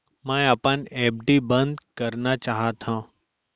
मै अपन एफ.डी बंद करना चाहात हव